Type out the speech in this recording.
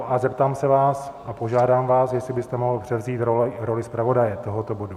A zeptám se vás, a požádám vás, jestli byste mohl převzít roli zpravodaje tohoto bodu.